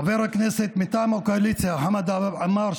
חבר הכנסת מטעם הקואליציה חמד עמאר,